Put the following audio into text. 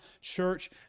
church